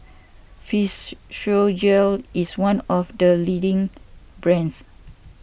is one of the leading brands